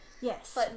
Yes